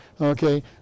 Okay